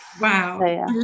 wow